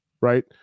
right